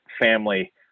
family